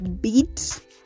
beat